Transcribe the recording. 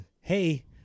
hey